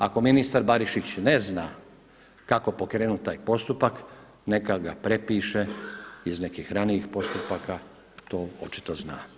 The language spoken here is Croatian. Ako ministar Barišić ne zna kako pokrenuti taj postupak neka ga prepiše iz nekih ranijih postupaka, to očito zna.